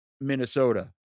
Minnesota